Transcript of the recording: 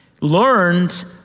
learned